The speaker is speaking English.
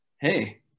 Hey